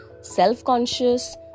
self-conscious